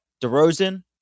DeRozan